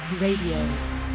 Radio